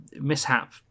mishap